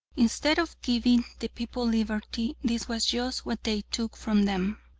instead of giving the people liberty, this was just what they took from them.